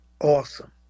awesome